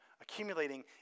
accumulating